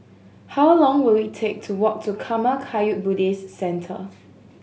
how long will it take to walk to Karma Kagyud Buddhist Centre